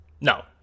No